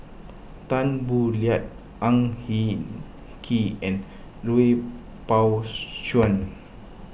Tan Boo Liat Ang Hin Kee and Lui Pao Chuen